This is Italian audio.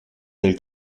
del